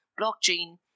blockchain